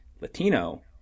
Latino